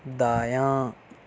دایاں